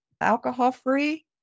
alcohol-free